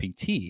PT